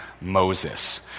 Moses